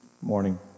Morning